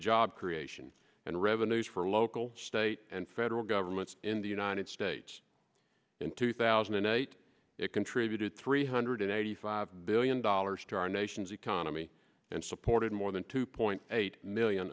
job creation and revenues for local state and federal governments in the it states in two thousand and eight it contributed three hundred eighty five billion dollars to our nation's economy and supported more than two point eight million